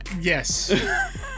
Yes